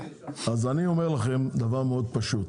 אז אני אומר לכם דבר מאוד פשוט,